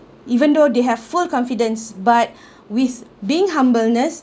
even though they have full confidence but with being humbleness